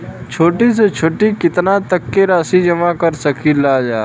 छोटी से छोटी कितना तक के राशि जमा कर सकीलाजा?